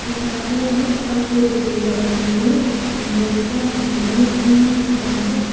अन्त त्यो रुखपात रोपेकोले गर्दाखेरि पनि हामीलाई सास फेर्न पनि एकदम सुबिस्ता हुन्छ